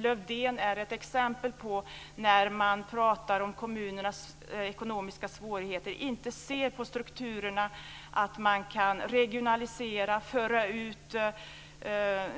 Lövdén är ett exempel på att man pratar om kommunernas ekonomiska svårigheter och inte ser på strukturerna. Man kan regionalisera, föra ut